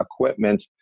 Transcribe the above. equipment